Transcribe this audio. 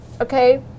okay